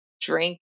drink